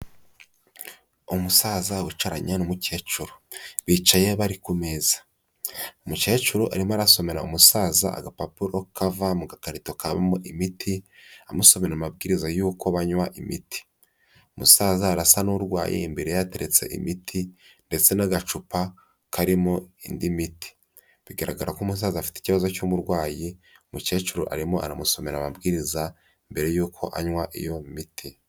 Umusaza wicaranye n'umukecuru, bicaye bari ku meza. Umukecuru arimo arasomera umusaza agapapuro kava mu gakarito kabamo imiti, amusomera amabwiriza y'uko banywa imiti. Umusaza arasa n'urwaye, imbere yateretse imiti, ndetse n'agacupa karimo indi miti. Bigaragara ko umusaza afite ikibazo cy'uburwayi, umukecuru arimo aramusomera amabwiriza mbere yuko anywa iyo miti.